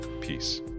peace